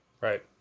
right